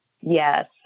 yes